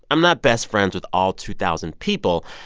i'm not best friends with all two thousand people,